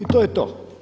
I to je to.